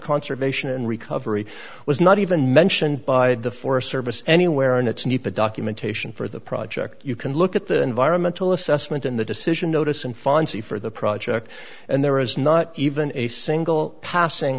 conservation and recovery was not even mentioned by the forest service anywhere and it's need the documentation for the project you can look at the environmental assessment and the decision notice and fonzie for the project and there is not even a single passing